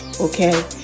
okay